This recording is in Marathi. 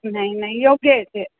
नाही नाही योग्य आहे ते